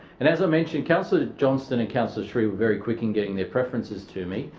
and as i mentioned councillor johnston and councillor sri were very quick in getting their preferences to me.